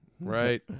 right